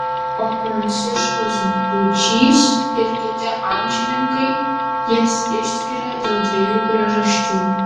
o pranciškus būčys ir kiti amžininkai jas išskiria dėl dviejų priežasčių